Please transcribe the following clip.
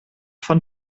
von